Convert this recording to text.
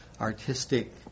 artistic